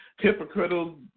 hypocritical